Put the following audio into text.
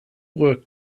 work